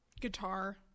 Guitar